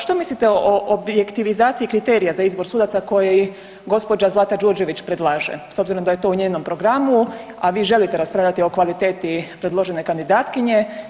Što mislite o objektivizaciji kriterija za izbor sudaca koje gospođa Zlata Đurđević predlaže s obzirom da je to u njenom programu, a vi želite raspravljati o kvaliteti predložene kandidatkinje?